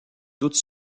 doute